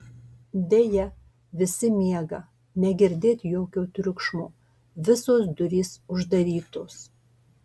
deja visi miega negirdėt jokio triukšmo visos durys uždarytos